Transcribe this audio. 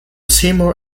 seymour